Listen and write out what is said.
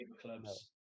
clubs